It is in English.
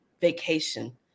vacation